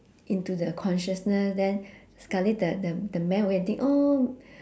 into the consciousness then sekali the the the man will go and think oh